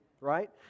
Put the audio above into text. right